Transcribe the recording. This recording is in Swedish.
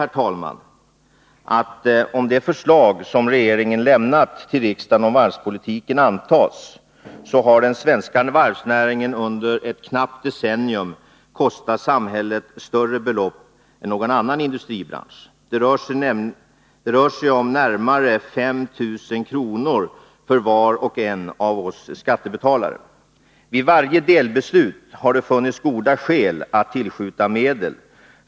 Om det förslag beträffande varvspolitiken som regeringen har lämnat till riksdagen antas, har den svenska varvsnäringen under ett knappt decennium kostat samhället större belopp än någon annan industribransch. Det rör sig om närmare 5 000 kr. för var och en av oss skattebetalare. Vid varje delbeslut :har det funnits goda skäl att tillskjuta medel.